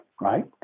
right